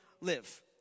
live